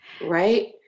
right